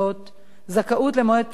זכאות למועד בחינה נוסף,